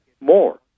more